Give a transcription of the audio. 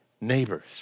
neighbors